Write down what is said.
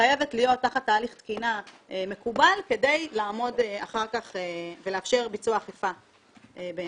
חייבת להיות תחת הליך תקינה מקובל כדי לאפשר ביצוע אכיפה באמצעותן.